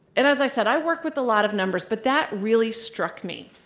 and as i said, i worked with a lot of numbers, but that really struck me.